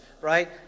right